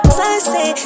Sunset